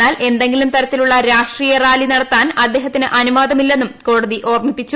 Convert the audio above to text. എന്നാൽ എന്തെങ്കിലും ത്രത്തിലുള്ള രാഷ്ട്രീയ റാലി നടത്താൻ അദ്ദേഹത്തിന് അനുവാദമില്ലെന്നും കോടതി ഓർമ്മിപ്പിച്ചു